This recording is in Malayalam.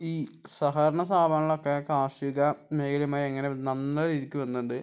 ഈ സഹകരണ സ്ഥാപനങ്ങളൊക്കെ കാർഷിക മേഖലയുമായി എങ്ങനെ നന്നായിരിക്കുമെന്നുണ്ട്